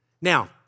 Now